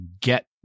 get